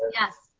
yes,